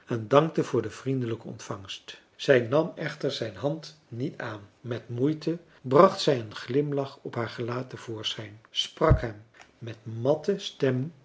dankte voor de vriendelijke ontvangst zij nam echter zijn hand niet aan met moeite bracht zij een glimlach op haar gelaat te voorschijn sprak hem met matte stem